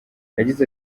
yagize